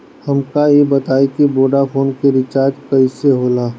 हमका ई बताई कि वोडाफोन के रिचार्ज कईसे होला?